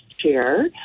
chair